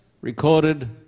recorded